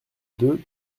deux